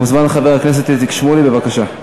מוזמן חבר הכנסת איציק שמולי, בבקשה.